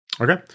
Okay